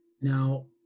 now